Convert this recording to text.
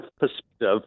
perspective